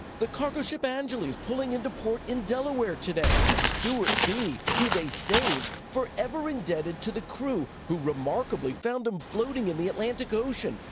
the cargo ship angeles pulling into port in delaware today. stuart bee, who they saved, forever indebted to the crew, who remarkably found him floating in the atlantic ocean,